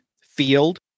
field